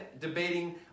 debating